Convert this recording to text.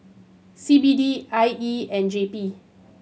C B D I E and J P